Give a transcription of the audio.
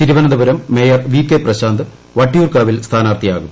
Thiruvananthapuram mayor V K Prashanth വട്ടിയൂർക്കാവിൽ സ്ഥാ്നാർത്ഥിയാകും